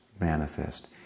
manifest